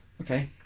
Okay